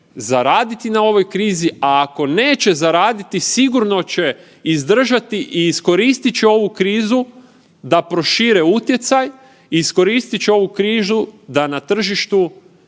zaraditi na ovoj krizi, a ako neće zaraditi, sigurno će izdržati i iskoristit će ovu krizu da prošire utjecaj, iskoristit će ovu krizu da na tržištu